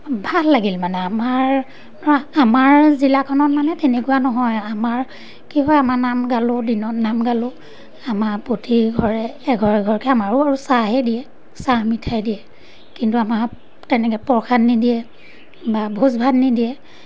ভাল লাগিল মানে আমাৰ আমাৰ জিলাখনত মানে তেনেকুৱা নহয় আমাৰ কি হয় আমাৰ নাম গালোঁ দিনত নাম গালোঁ আমাৰ প্ৰতি ঘৰে এঘৰ এঘৰকৈ আমাৰো আৰু চাহেই দিয়ে চাহ মিঠাই দিয়ে কিন্তু আমাৰ তেনেকৈ প্ৰসাদ নিদিয়ে বা ভোজ ভাত নিদিয়ে